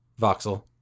Voxel